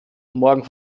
morgen